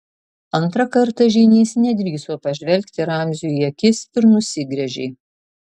antrą kartą žynys nedrįso pažvelgti ramziui į akis ir nusigręžė